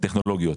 מהטכנולוגיות,